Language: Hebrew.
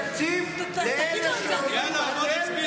לא יהיה תקציב לאלה שאומרים לכם,